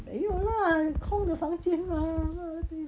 没有空的房间吗